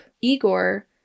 Igor